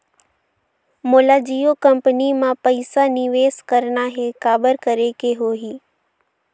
मोला जियो कंपनी मां पइसा निवेश करना हे, काबर करेके होही?